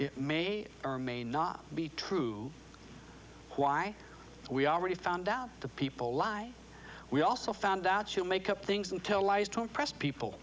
it may or may not be true why we already found out the people lie we also found out you make up things and tell lies to impress people